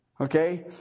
Okay